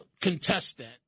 contestant